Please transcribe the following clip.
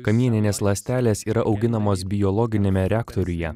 kamieninės ląstelės yra auginamos biologiniame reaktoriuje